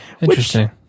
Interesting